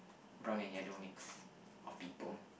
brown and yellow mix of people